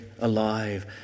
alive